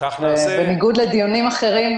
בניגוד לדיונים אחרים,